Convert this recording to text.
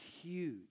huge